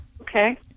Okay